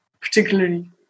particularly